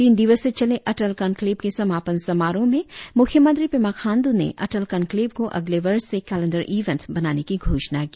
तीन दिवसीय चले अटल कनक्लेव के समापन समारोह में मुख्यमंत्री पेमा खांडू ने अटल कनक्लेव को अगले वर्ष से कैलेंडर इवेंट बनाने की घोषणा की